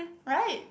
right